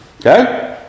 Okay